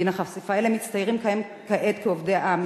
בגין החשיפה,